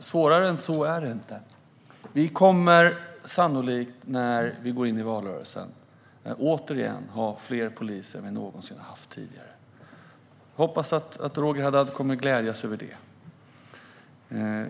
Svårare än så är det inte. När vi går in i valrörelsen kommer vi sannolikt återigen att ha fler poliser än vi någonsin har haft tidigare. Jag hoppas att Roger Haddad kommer att glädjas över det.